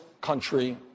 country